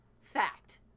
Fact